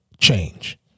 change